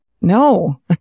No